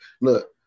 look